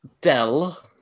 Dell